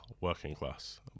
working-class